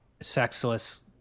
sexless